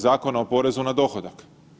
Zakona o porezu na dohodak.